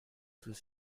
tout